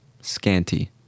Scanty